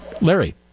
Larry